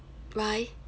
why